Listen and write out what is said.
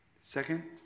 Second